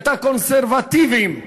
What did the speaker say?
את הקונסרבטיבים,